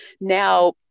Now